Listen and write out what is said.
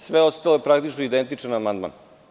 Sve ostalo je praktično identičan amandman.